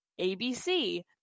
ABC